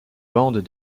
bandes